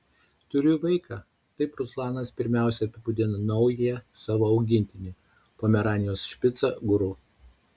turiu vaiką taip ruslanas pirmiausia apibūdina naują savo augintinį pomeranijos špicą guru